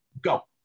Go